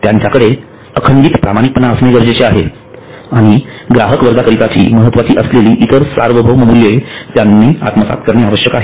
त्यांच्याकडे अखंडित प्रामाणिकपणा असणे गरजेचे आहे आणि ग्राहक वर्गाकरिताची महत्त्वाची असलेली इतर सार्वभौम मूल्ये त्यांनी आत्मसात करणे आवश्यक आहे